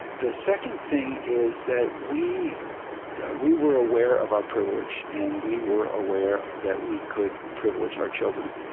the second thing is that we we were aware of our privilege and we were aware that we could privilege our children.